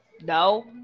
No